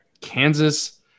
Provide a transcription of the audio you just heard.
Kansas